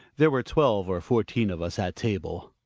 there were twelve or fourteen of us at table.